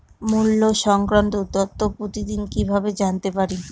মুল্য সংক্রান্ত তথ্য প্রতিদিন কিভাবে জানতে পারি?